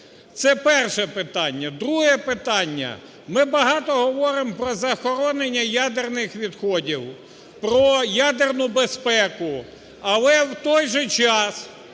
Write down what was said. Це перше питання. Друге питання. Ми багато говоримо про захоронення ядерних відходів, про ядерну безпеку, але в той же час